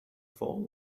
fall